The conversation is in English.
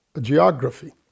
geography